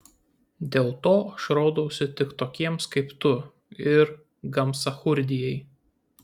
dėl to aš rodausi tik tokiems kaip tu ir gamsachurdijai